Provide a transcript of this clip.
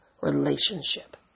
relationship